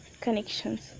connections